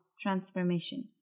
transformation